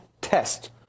test